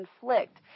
conflict